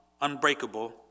unbreakable